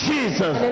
Jesus